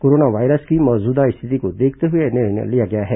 corona virus की मौजूदा स्थिति को देखते हुए यह निर्णय लिया गया है